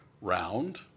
round